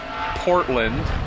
Portland